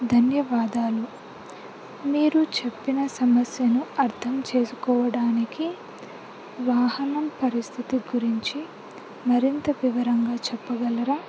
ధన్యవాదాలు మీరు చెప్పిన సమస్యను అర్థం చేసుకోవడానికి వాహనం పరిస్థితి గురించి మరింత వివరంగా చెప్పగలరా